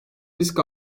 risk